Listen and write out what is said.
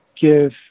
give